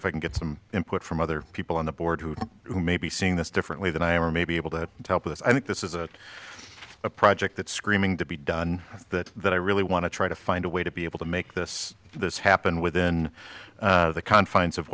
if i can get some input from other people on the board who who may be seeing this differently than i am or maybe able to help us i think this is a project that screaming to be done that that i really want to try to find a way to be able to make this this happen within the confines of